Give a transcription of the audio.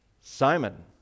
Simon